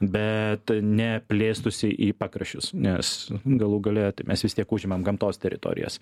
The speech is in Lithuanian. bet ne plėstųsi į pakraščius nes galų gale tai mes vis tiek užimam gamtos teritorijas